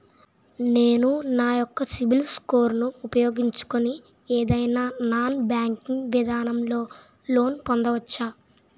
నేను నా యెక్క సిబిల్ స్కోర్ ను ఉపయోగించుకుని ఏదైనా నాన్ బ్యాంకింగ్ విధానం లొ లోన్ పొందవచ్చా?